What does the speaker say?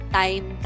time